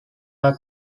are